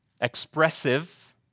Expressive